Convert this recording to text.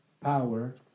power